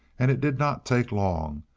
and it did not take long,